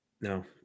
No